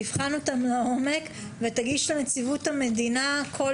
תבחן אותם לעומק ותגיש לנציבות המדינה כל